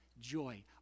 joy